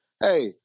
hey